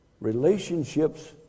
Relationships